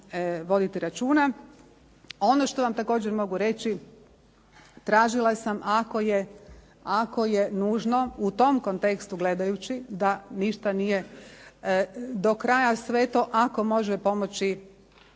voditi računa. Ono što vam također mogu reći, tražila sam ako je nužno u tom kontekstu gledajući da ništa nije do kraja sveto ako može pomoći